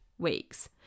weeks